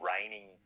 raining